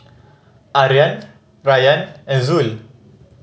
Aryan Rayyan and Zul